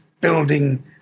building